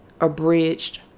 abridged